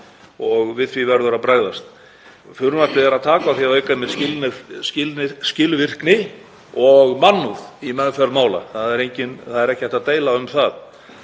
og við því verður að bregðast. Frumvarpið tekur á því að auka skilvirkni og mannúð í meðferð mála. Það er ekki hægt að deila um það.